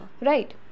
right